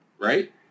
right